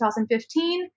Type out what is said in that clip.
2015